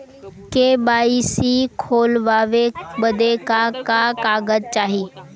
KYC खोलवावे बदे का का कागज चाही?